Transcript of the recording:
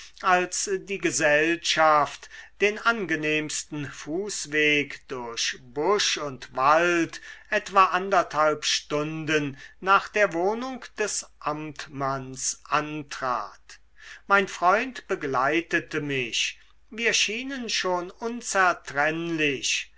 als die gesellschaft den angenehmsten fußweg durch busch und wald etwa anderthalb stunden nach der wohnung des amtmanns antrat mein freund begleitete mich wir schienen schon unzertrennlich